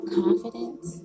confidence